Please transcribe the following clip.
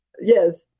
Yes